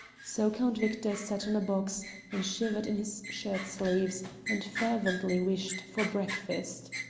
so count victor sat on a box and shivered in his shirt-sleeves and fervently wished for breakfast.